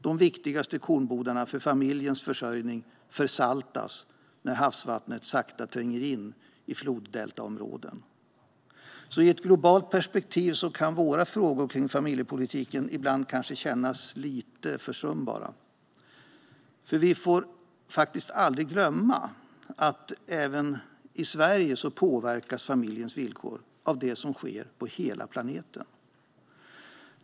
De viktigaste kornbodarna för familjens försörjning försaltas när havsvattnet sakta tränger in i floddeltaområden. I ett globalt perspektiv kan kanske våra frågor kring familjepolitiken ibland kännas försumbara, men vi får aldrig glömma att även i Sverige påverkas familjens villkor av det som sker på hela planeten.